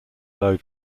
load